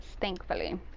thankfully